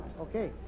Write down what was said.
Okay